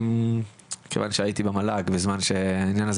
כיוון שהייתי במל"ג בזמן שהעניין הזה